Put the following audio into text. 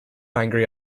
angry